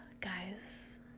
guys